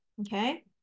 okay